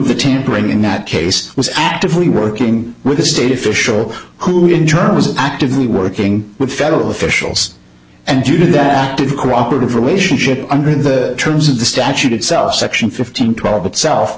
the tampering in that case was actively working with a state official who in turn was actively working with federal officials and you then acted cooperative relationship under the terms of the statute itself section fifteen twelve itself